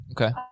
Okay